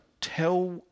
tell